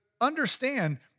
understand